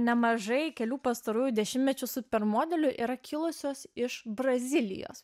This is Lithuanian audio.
nemažai kelių pastarųjų dešimtmečių super modelių yra kilusios iš brazilijos